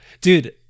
dude